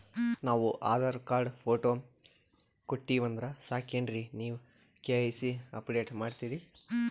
ನಾವು Aadhaar card, photo ಕೊಟ್ಟೀವಂದ್ರ ಸಾಕೇನ್ರಿ ನೀವ ಕೆ.ವೈ.ಸಿ ಅಪಡೇಟ ಮಾಡ್ತೀರಿ?